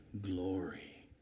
glory